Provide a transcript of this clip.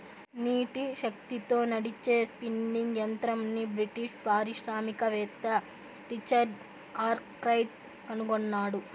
నీటి శక్తితో నడిచే స్పిన్నింగ్ యంత్రంని బ్రిటిష్ పారిశ్రామికవేత్త రిచర్డ్ ఆర్క్రైట్ కనుగొన్నాడు